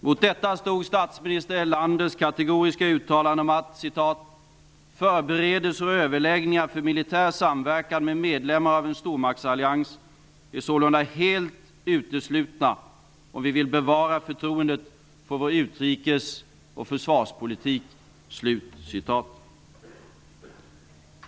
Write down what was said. Mot detta stod statminister Erlanders kategoriska uttalande: ''Förberedelser och överläggningar för militär samverkan med medlemmar av en stormaktsallians är sålunda helt uteslutna, om vi vill bevara förtroendet för vår utrikes och försvarspolitik.''